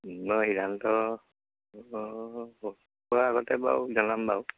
নহয় সিদ্ধান্ত কৰাৰ আগতে বাৰু জনাম বাৰু